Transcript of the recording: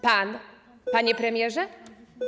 Pan, panie premierze?